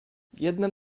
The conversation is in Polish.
jednem